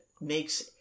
makes